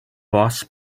boss